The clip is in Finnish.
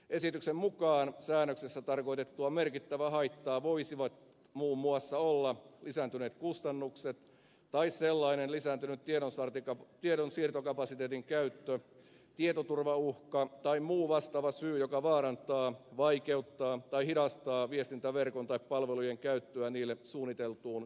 esityksen mukaan säännöksessä tarkoitettua merkittävää haittaa voisivat muun muassa olla lisääntyneet kustannukset tai sellainen lisääntynyt tiedonsiirtokapasiteetin käyttö tietoturvauhka tai muu vastaava syy joka vaarantaa vaikeuttaa tai hidastaa viestintäverkon tai palvelujen käyttöä niille suunniteltuun käyttötarkoitukseen